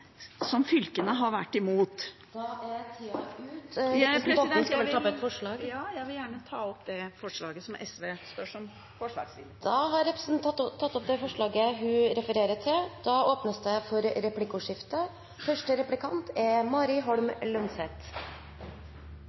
som fylkene har vært imot. Vil representanten ta opp forslag? Jeg vil gjerne ta opp det forslaget som SV står alene om. Da har representanten Karin Andersen tatt opp forslaget hun refererte til. Det blir replikkordskifte. Regionene har en utrolig viktig oppgave som samfunnsutviklere. Hvordan man skal bruke rollen som samfunnsutvikler i tiden framover – det er